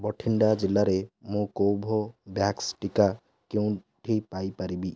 ବଠିଣ୍ଡା ଜିଲ୍ଲାରେ ମୁଁ କୋଭୋଭ୍ୟାକ୍ସ ଟିକା କେଉଁଠି ପାଇପାରିବି